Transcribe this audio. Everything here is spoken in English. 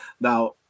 Now